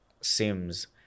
Sims